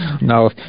No